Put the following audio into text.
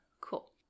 cool